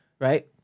Right